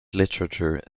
literature